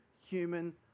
human